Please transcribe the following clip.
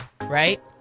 right